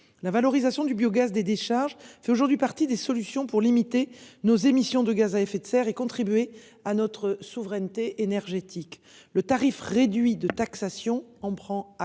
la valorisation du biogaz des décharges fait aujourd'hui partie des solutions pour limiter nos émissions de gaz à effet de serre et contribuer à notre souveraineté énergétique le tarif réduit de taxation en prend acte.